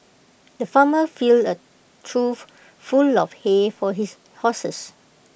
the farmer filled A trough full of hay for his horses